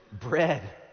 bread